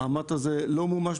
העמ"ט הזה לא מומש,